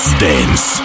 dance